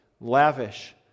lavish